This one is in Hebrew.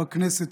בכנסת,